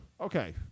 Okay